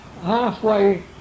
halfway